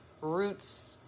Roots